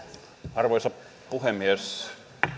arvoisa puhemies